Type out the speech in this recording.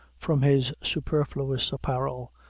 from his superfluous apparel,